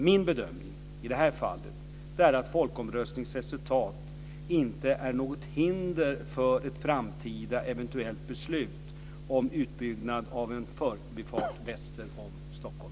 Min bedömning i det här fallet är att folkomröstningens resultat inte är något hinder för ett framtida eventuellt beslut om utbyggnad av en förbifart väster om Stockholm.